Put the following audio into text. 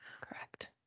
Correct